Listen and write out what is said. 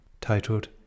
titled